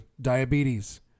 diabetes